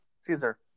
Caesar